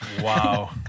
Wow